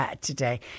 today